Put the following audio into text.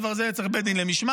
בזה כבר צריך בית דין למשמעת,